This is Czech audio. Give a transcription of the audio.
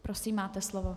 Prosím, máte slovo.